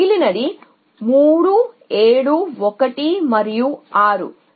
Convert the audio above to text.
మిగిలినది 3 7 1 మరియు 6 8